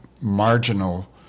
marginal